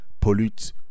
pollute